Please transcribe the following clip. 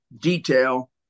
detail